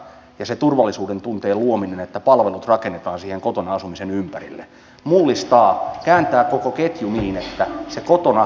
ja se turvallisuudentunteen luominen että palvelut rakennetaan siihen kotona asumisen ympärille mullistaa kääntää koko ketjun niin että se kotona oleminen on se kaikkein tärkein